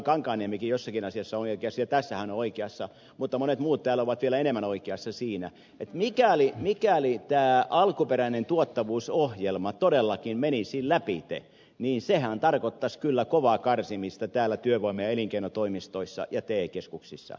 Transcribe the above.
kankaanniemikin jossakin asiassa on ja tässä hän on oikeassa mutta monet muut täällä ovat vielä enemmän oikeassa että mikäli tämä alkuperäinen tuottavuusohjelma todellakin menisi lävitse niin sehän tarkoittaisi kyllä kovaa karsimista täällä työvoima ja elinkeinotoimistoissa ja te keskuksissa